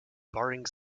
barring